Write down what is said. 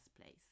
place